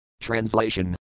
Translation